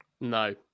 No